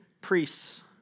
priests